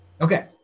Okay